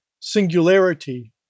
singularity